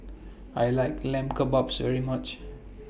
I like Lamb Kebabs very much